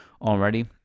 already